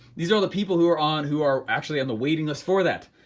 these are the people who are on who are actually on the waiting list for that.